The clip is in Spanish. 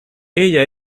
ella